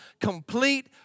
complete